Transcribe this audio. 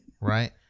right